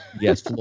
Yes